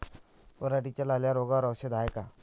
पराटीच्या लाल्या रोगावर औषध हाये का?